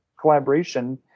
collaboration